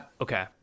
okay